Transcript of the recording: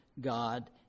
God